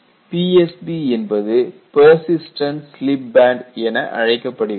PSB என்பது persistent sleep band என அழைக்கப்படுகிறது